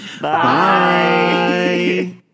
bye